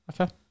Okay